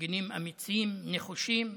מפגינים אמיצים, נחושים,